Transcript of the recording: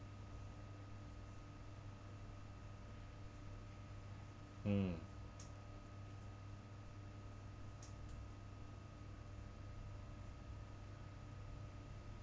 mm